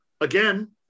again